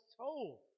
told